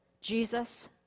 Jesus